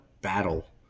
battle